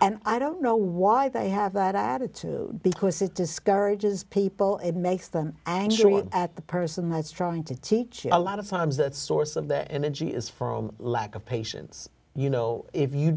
and i don't know why they have that attitude because it discourages people it makes them angry at the person that's trying to teach a lot of times that source of the energy is from lack of patience you know if you